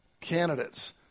candidates